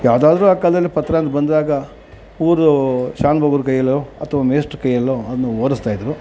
ಯಾವುದಾದ್ರೂ ಆ ಕಾಲ್ದಲ್ಲಿ ಪತ್ರ ಅಂತ ಬಂದಾಗ ಊರು ಶಾನುಭೋಗ್ರ ಕೈಯಲ್ಲೋ ಅಥ್ವಾ ಮೇಷ್ಟ್ರ ಕೈಯಲ್ಲೋ ಅದ್ನ ಓದಿಸ್ತಾ ಇದ್ದರು